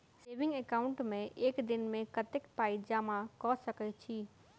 Saving account मे एक दिनमे कतेक पाई जमा कऽ सकैत छी?